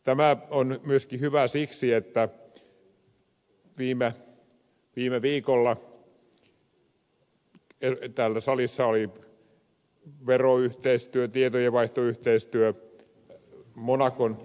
tämä on hyvä myöskin siksi että viime viikolla täällä salissa oli veroyhteistyö tietojenvaihtoyhteistyö monacon kanssa